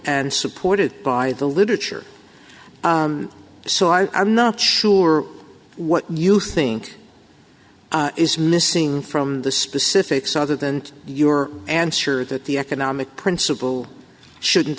and supported by the literature so i am not sure what you think is missing from the specifics other than your answer that the economic principle shouldn't